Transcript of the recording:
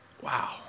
Wow